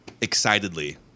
excitedly